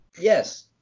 Yes